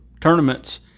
tournaments